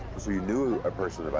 you knew a person